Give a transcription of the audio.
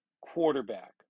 quarterback